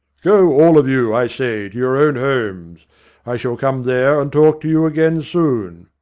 go, all of you, i say, to your own homes i shall come there and talk to you again soon.